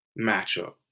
matchup